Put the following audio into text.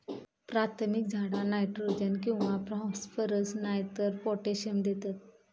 प्राथमिक झाडा नायट्रोजन किंवा फॉस्फरस नायतर पोटॅशियम देतत